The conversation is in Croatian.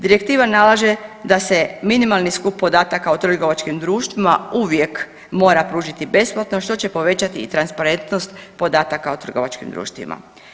Direktiva nalaže da se minimalni skup podataka o trgovačkim društvima uvijek mora pružiti besplatno što će povećati i transparentnost podataka o trgovačkim društvima.